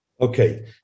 Okay